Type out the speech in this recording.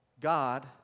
God